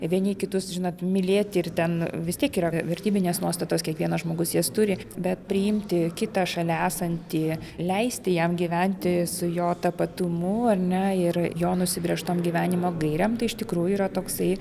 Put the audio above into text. vieni kitus žinot mylėti ir ten vis tiek yra vertybinės nuostatos kiekvienas žmogus jas turi bet priimti kitą šalia esantį leisti jam gyventi su jo tapatumu ar ne ir jo nusibrėžtom gyvenimo gairėm tai iš tikrųjų yra toksai